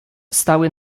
stały